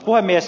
puhemies